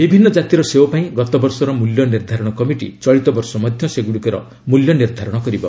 ବିଭିନ୍ନ ଜାତିର ସେଓ ପାଇଁ ଗତବର୍ଷର ମୂଲ୍ୟ ନିର୍ଦ୍ଧାରଣ କମିଟି ଚଳିତ ବର୍ଷ ମଧ୍ୟ ସେଗୁଡ଼ିକର ମୂଲ୍ୟ ନିର୍ଦ୍ଧାରଣ କରିବ